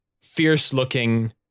fierce-looking